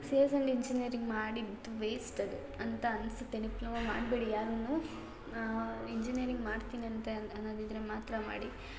C S and engineering ಮಾಡಿದ್ದು waste ಅದು ಅಂತ ಅನಿಸತ್ತೆ ಡಿಪ್ಲೊಮೊ ಮಾಡಬೇಡಿ ಯಾರೂ ಇಂಜಿನಿಯರಿಂಗ್ ಮಾಡ್ತೀನಿ ಅಂತನ್ನು ಅನ್ನೋದಿದರೆ ಮಾತ್ರ ಮಾಡಿ